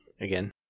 again